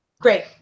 Great